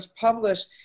published